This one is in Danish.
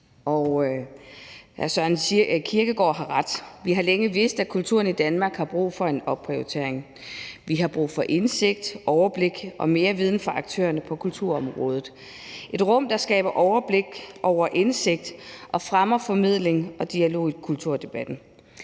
og Søren Kierkegaard havde ret. Vi har længe vidst, at kulturen i Danmark har brug for en opprioritering. Vi har brug for indsigt, overblik og mere viden fra aktørerne på kulturområdet – et rum, der skaber overblik og indsigt, og som fremmer formidling og dialog i kulturdebatten.